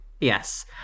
yes